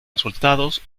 resultados